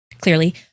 clearly